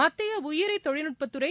மத்திய உயிரி தொழில்நுட்பத்துறை